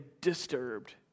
disturbed